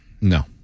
No